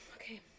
Okay